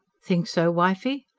think so, wifey?